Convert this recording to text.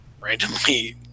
randomly